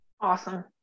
Awesome